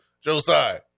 Josiah